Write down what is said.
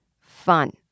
fun